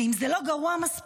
ואם זה לא גרוע מספיק,